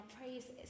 praises